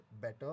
better